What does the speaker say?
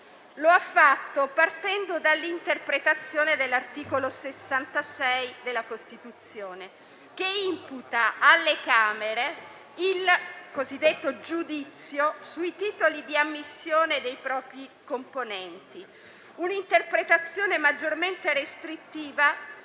Lo ha fatto partendo dall'interpretazione dell'articolo 66 della Costituzione, che imputa alle Camere il cosiddetto giudizio sui titoli di ammissione dei propri componenti. Un'interpretazione maggiormente restrittiva